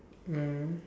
mm